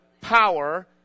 power